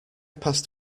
passed